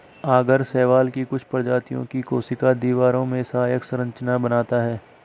आगर शैवाल की कुछ प्रजातियों की कोशिका दीवारों में सहायक संरचना बनाता है